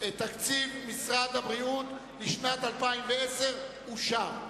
תקציב משרד הבריאות לשנת 2010 אושר.